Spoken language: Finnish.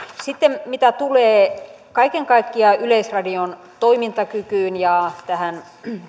sitten mitä tulee kaiken kaikkiaan yleisradion toimintakykyyn ja tähän